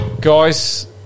Guys